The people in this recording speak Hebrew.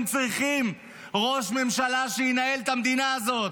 צריכים ראש ממשלה שינהל את המדינה הזאת?